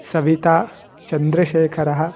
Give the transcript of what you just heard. सविता चन्द्रशेखरः